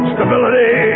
Stability